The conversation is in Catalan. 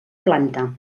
planta